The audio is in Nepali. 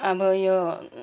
अब यो